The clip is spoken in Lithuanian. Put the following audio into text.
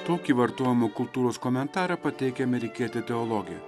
tokį vartojimo kultūros komentarą pateikė amerikietė teologė